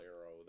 arrow